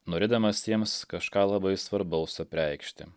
norėdamas jiems kažką labai svarbaus apreikšti